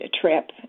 trip